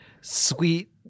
sweet